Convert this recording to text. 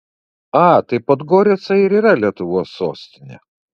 a tai podgorica ir yra lietuvos sostinė